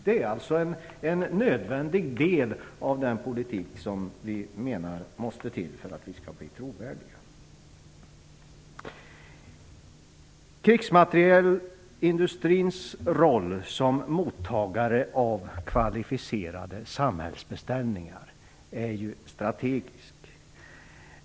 Det är alltså en nödvändig del av den politik som vi menar måste till för att vi skall bli trovärdiga. Krigsmaterielindustrins roll som mottagare av kvalificerade samhällsbeställningar är strategisk.